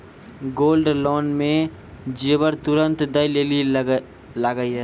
Gold loan मे जेबर तुरंत दै लेली लागेया?